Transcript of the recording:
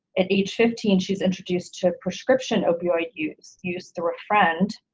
at age fifteen she's introduced to prescription opioid use use through a friend.